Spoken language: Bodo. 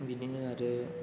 बिदिनो आरो